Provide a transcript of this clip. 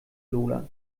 lola